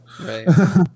Right